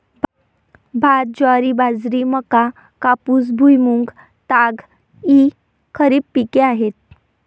भात, ज्वारी, बाजरी, मका, कापूस, भुईमूग, ताग इ खरीप पिके आहेत